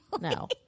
No